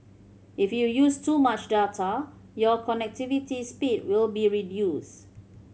if you use too much data your connectivity speed will be reduced